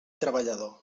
treballador